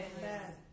Yes